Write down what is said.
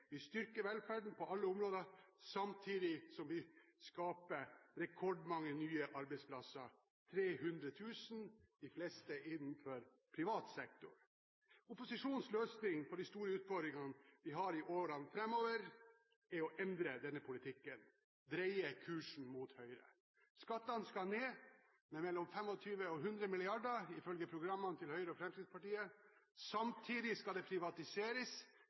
Vi styrker velferden på alle områder, samtidig som vi skaper rekordmange nye arbeidsplasser – 300 000 – de fleste innenfor privat sektor. Opposisjonens løsning på de store utfordringene vi har i årene framover, er å endre denne politikken, dreie kursen mot høyre. Skattene skal ned med 25–100 mrd. kr, ifølge programmene til Høyre og Fremskrittspartiet. Samtidig skal det privatiseres,